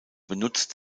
benutzt